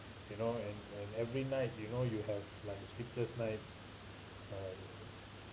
you know and and every night you know you have like sleepless night uh